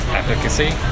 efficacy